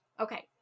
okay